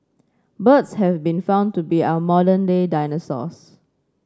birds have been found to be our modern day dinosaurs